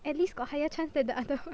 at least got higher chance than the other one